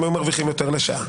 היו מרוויחים יותר לשעה